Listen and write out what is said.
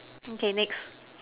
okay next